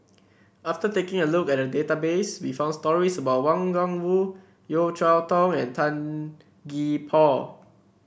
after taking a look at database we found stories about Wang Gungwu Yeo Cheow Tong and Tan Gee Paw